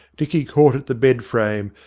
dicky caught at the bed frame,